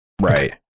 Right